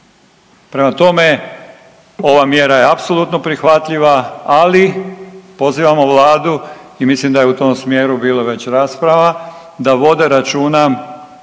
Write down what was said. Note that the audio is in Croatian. Prema tome, ova mjera je apsolutno prihvatljiva, ali pozivamo vladu i mislim da je u tom smjeru bilo već rasprava da vode računa